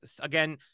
again